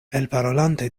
elparolante